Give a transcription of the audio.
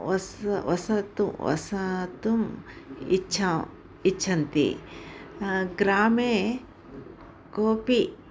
वसति वसतु वसितुम् इच्छा इच्छन्ति ग्रामे कोऽपि